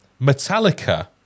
Metallica